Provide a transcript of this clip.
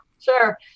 Sure